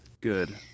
good